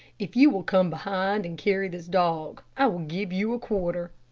if you will come behind and carry this dog, i will give you a quarter.